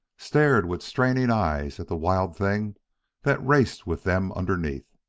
stared with straining eyes at the wild thing that raced with them underneath.